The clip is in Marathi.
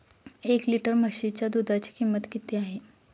एक लिटर म्हशीच्या दुधाची किंमत किती आहे?